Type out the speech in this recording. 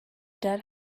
dead